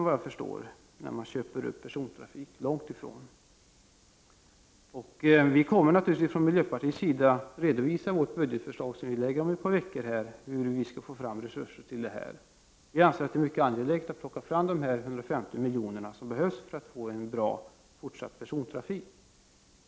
Såvitt jag förstår är det när det gäller statens uppköp av persontrafik inte alls fråga om samma subventionsnivå — långt ifrån. Miljöpartiet kommer naturligtvis i det budgetförslag vi lägger fram om ett par veckor att redovisa hur vi skall få fram resurser till detta. Vi anser att det är mycket angeläget att plocka fram de 150 miljonerna som behövs för att få en bra persontrafik i fortsättningen.